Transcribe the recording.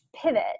pivot